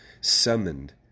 summoned